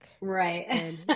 Right